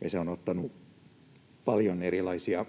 ja se on ottanut paljon erilaisia